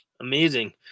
Amazing